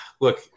look